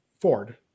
Ford